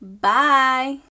bye